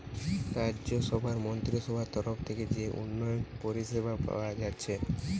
রাজ্যসভার মন্ত্রীসভার তরফ থিকে যে উন্নয়ন পরিষেবা পায়া যাচ্ছে